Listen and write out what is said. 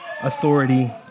authority